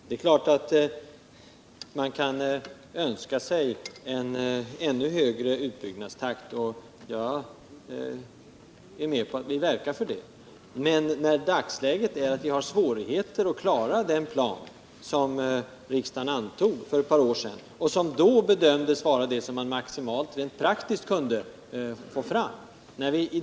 Det är klart att man kan önska sig en ännu högre utbyggnadstakt, och jag är med på att vi verkar för det. Men i dagsläget har vi svårigheter att klara den plan som riksdagen antog för ett par år sedan, och som då bedömdes motsvara vad man maximalt rent praktiskt kunde få fram.